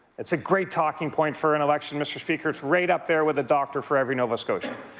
it's a great talking point for an election, mr. speaker. it's right up there with a doctor for every nova scotian.